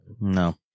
No